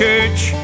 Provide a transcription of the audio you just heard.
church